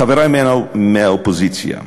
חברי מהאופוזיציה,